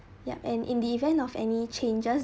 yup and in the event of any changes